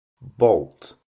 Bolt